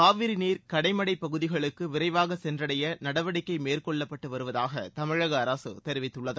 காவிரி கடைமடைப் பகுதிகளுக்கு விரைவாகச் சென்றடைய நீர் நடவடிக்கை மேற்கொள்ளப்பட்டு வருவதாக தமிழக அரசு தெரிவித்துள்ளது